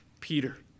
Peter